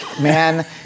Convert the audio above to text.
man